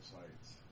sights